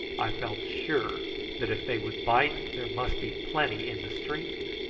i felt sure that if they would bite there must be plenty in the stream.